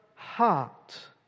heart